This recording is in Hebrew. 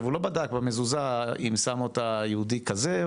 הוא לא בדק אם את המזוזה שם יהודי כזה,